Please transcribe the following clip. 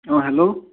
অঁ হেল্ল'